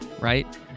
right